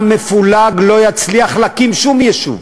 עם מפולג לא יצליח להקים שום יישוב